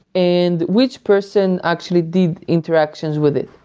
and which person actually did interactions with it.